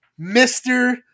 Mr